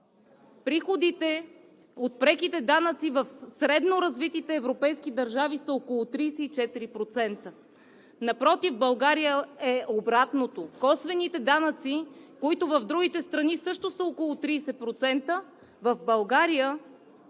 Приходите от преките данъци в средно развитите европейски държави са около 34%, а в България е обратното – косвените данъци в другите страни са около 30%, а в България